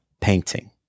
painting